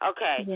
Okay